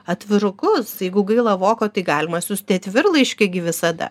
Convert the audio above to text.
atvirukus jeigu gaila voko tai galima siųsti atvirlaiškį gi visada